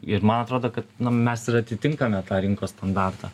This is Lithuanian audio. ir man atrodo kad na mes ir atitinkame tą rinkos standartą